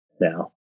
now